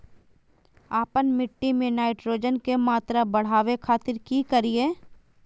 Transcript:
आपन मिट्टी में नाइट्रोजन के मात्रा बढ़ावे खातिर की करिय?